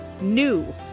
NEW